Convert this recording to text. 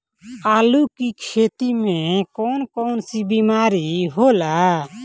आलू की खेती में कौन कौन सी बीमारी होला?